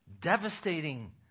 Devastating